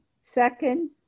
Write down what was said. Second